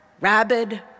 rabid